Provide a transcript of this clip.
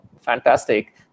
fantastic